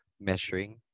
measuring